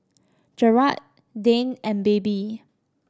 Jerad Dane and Baby